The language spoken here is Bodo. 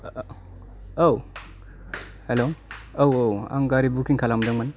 औ हेल' औ औ आं गारि बुकिं खालामदोंमोन